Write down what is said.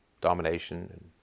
domination